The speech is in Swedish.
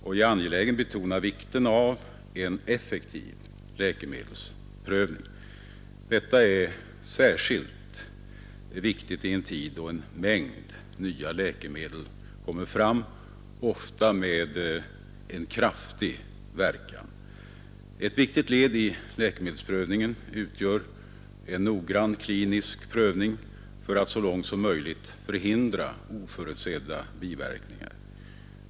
Jag är angelägen betona vikten av en effektiv läkemedelsprövning. Denna är särskilt betydelsefull i en tid då en mängd nya läkemedel, ofta med kraftig verkan, kommer fram. Ett viktigt led i läkemedelsprövningen utgör en noggrann klinisk prövning för att så långt som möjligt förhindra oförutsedda biverkningar.